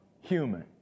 human